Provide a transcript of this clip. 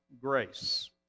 grace